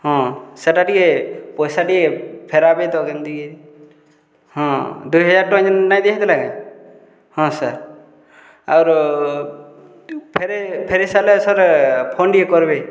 ହଁ ସେଟା ଟିକେ ପଇସା ଟିକେ ଫେରାବେ ତ କେନ୍ତି କି ହଁ ଦୁଇ ହଜାର ଟଙ୍କା ଯେନ୍ ନାଇଁ ଦିଆହେଇଥିଲା କେଁ ହଁ ସାର୍ ଆର୍ ଫେରେଇ ସାରିଲେ ସାର୍ ଫୋନ୍ ଟିକେ କର୍ବେ